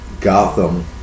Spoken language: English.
Gotham